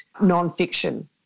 non-fiction